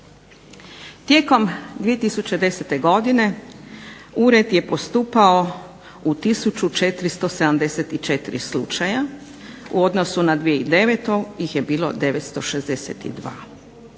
Tijekom 2010. godine ured je postupao u 1474 slučaja, u odnosu na 2009. ih je bilo 962.